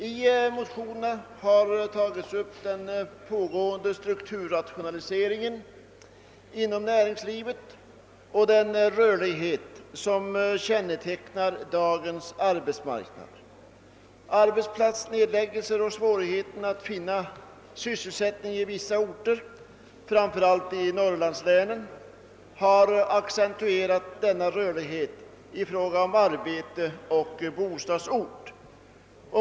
I motionerna har hänvisats till den pågående strukturrationaliseringen inom näringslivet och den rörlighet som kännetecknar dagens arbetsmarknad. Arbetsplatsnedläggelser och svårigheten att finna sysselsättning i vissa orter, framför allt i Norrlandslänen, har accentuerat denna rörlighet i fråga om arbete och bostadsort.